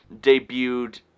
debuted